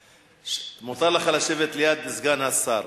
מותר לך לשבת ליד סגן השר.